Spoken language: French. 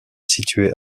situé